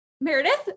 Meredith